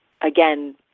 again